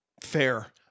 Fair